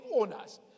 owners